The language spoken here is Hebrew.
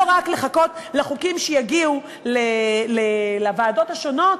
לא רק לחכות לחוקים שיגיעו לוועדות השונות